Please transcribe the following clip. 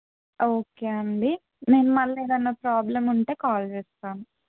okay అండి నేను మళ్ళీ ఏదైనా ప్రాబ్లమ్ ఉంటే కాల్ చేస్తాను